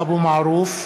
(קורא בשמות חברי הכנסת) עבדאללה אבו מערוף,